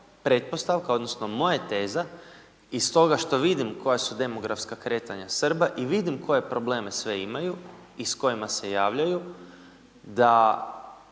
odnosno moja je teza iz toga što vidim koja su demografska kretanja Srba i vidim koje probleme sve imaju i s kojima se javljaju, da